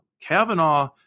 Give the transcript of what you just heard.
Kavanaugh